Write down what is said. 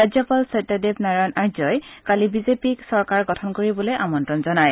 ৰাজ্যপাল সত্যদেৱ নাৰায়ণ আৰ্যই কালি বিজেপিক চৰকাৰ গঠন কৰিবলৈ আমন্তণ জনায়